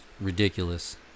ridiculous